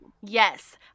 yes